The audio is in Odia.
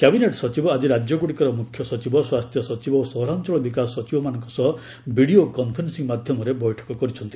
କ୍ୟାବିନେଟ୍ ସଚିବ ଆଜି ରାଜ୍ୟଗୁଡ଼ିକର ମୁଖ୍ୟ ସଚିବ ସ୍ୱାସ୍ଥ୍ୟ ସଚିବ ଓ ସହରାଞ୍ଚଳ ବିକାଶ ସଚିବମାନଙ୍କ ସହ ଭିଡ଼ିଓ କନ୍ଫରେନ୍ନିଂ ମାଧ୍ୟମରେ ବୈଠକ କରିଛନ୍ତି